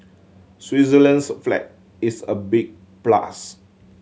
Switzerland's flag is a big plus